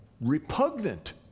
repugnant